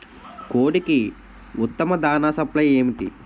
కోడికి ఉత్తమ దాణ సప్లై ఏమిటి?